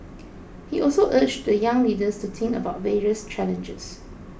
he also urged the young leaders to think about various challenges